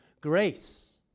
grace